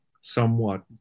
somewhat